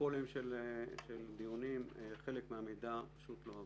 פרוטוקולים של דיונים חלק מהמידע פשוט לא עבר.